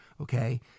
Okay